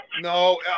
No